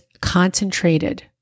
concentrated